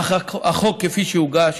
אך החוק כפי שהוגש